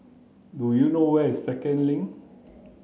do you know where is Second Link